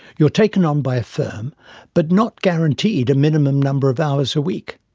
you are taken on by a firm but not guaranteed a minimum number of hours a week.